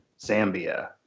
Zambia